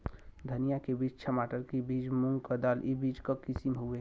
धनिया के बीज, छमाटर के बीज, मूंग क दाल ई बीज क किसिम हउवे